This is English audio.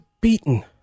beaten